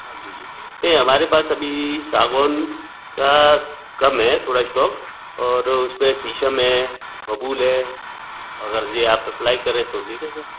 हाँ जी जी नहीं हमारे पास अभी सागवान का कम है थोड़ा इस्टॉक और उस पर शीशम है बबूल है अगर ये आप अप्लाई करें तो देखें सर